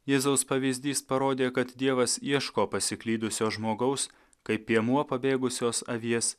jėzaus pavyzdys parodė kad dievas ieško pasiklydusio žmogaus kaip piemuo pabėgusios avies